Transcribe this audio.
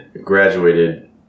graduated